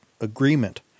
agreement